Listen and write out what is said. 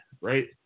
right